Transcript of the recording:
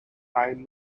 iron